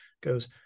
goes